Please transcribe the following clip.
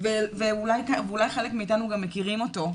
ואולי חלק מאיתנו גם מכירים אותו,